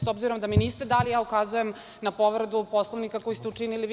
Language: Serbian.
S obzirom da mi niste dali, ja ukazujem na povredu Poslovnika koju ste učinili vi…